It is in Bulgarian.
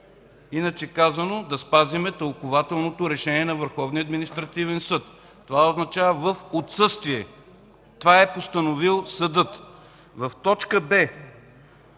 Иначе казано, да спазим тълкувателното Решение на Върховния административен съд. Това означава „в отсъствие”. Това е постановил съдът. В точка „б”